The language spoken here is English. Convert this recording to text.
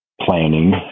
planning